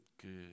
que